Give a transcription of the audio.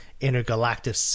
intergalactic